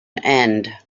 end